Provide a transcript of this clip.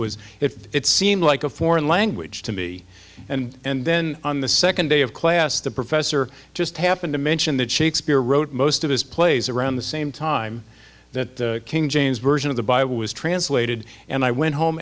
was if it seemed like a foreign language to me and and then on the second day of class the professor just happened to mention that shakespeare wrote most of his plays around the same time that king james version of the bible was translated and i went home